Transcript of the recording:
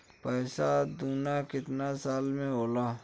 पैसा दूना कितना साल मे होला?